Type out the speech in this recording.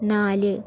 നാല്